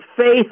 faith